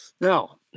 Now